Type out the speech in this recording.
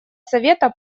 совета